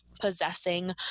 possessing